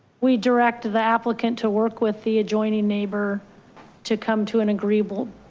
we direct the applicant to work with the adjoining neighbor to come to an agreeable